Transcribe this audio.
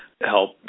help